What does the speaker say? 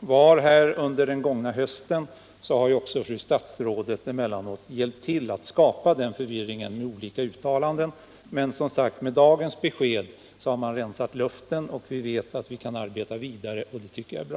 rådde under den gångna hösten. Fru statsrådet har hjälpt till att skapa den förvirringen med olika uttalanden, men med dagens besked har hon rensat luften. Vi vet att vi kan arbeta vidare, och det tycker jag är bra.